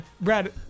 Brad